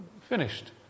finished